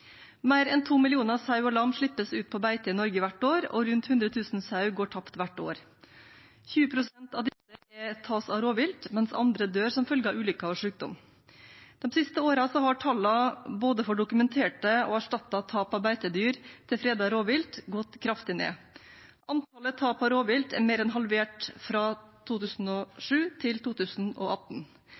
Mer enn 2 millioner sauer og lam slippes ut på beite i Norge hvert år, og rundt 100 000 sauer går tapt hvert år. 20 pst. av disse tas av rovvilt, mens andre dør som følge av ulykker og sykdom. De siste årene har tallene både for dokumenterte og erstattede tap av beitedyr til fredet rovvilt gått kraftig ned. Antallet tap av rovvilt er mer enn halvert fra 2007 til 2018.